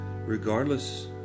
regardless